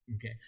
Okay